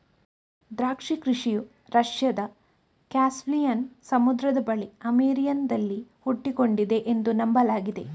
ದ್ರಾಕ್ಷಿ ಕೃಷಿಯು ರಷ್ಯಾದ ಕ್ಯಾಸ್ಪಿಯನ್ ಸಮುದ್ರದ ಬಳಿ ಅರ್ಮೇನಿಯಾದಲ್ಲಿ ಹುಟ್ಟಿಕೊಂಡಿದೆ ಎಂದು ನಂಬಲಾಗಿದೆ